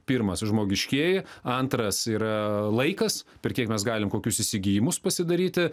pirmas žmogiškieji antras yra laikas per kiek mes galim kokius įsigijimus pasidaryti